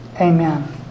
Amen